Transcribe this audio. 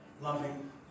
Loving